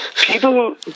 People